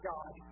God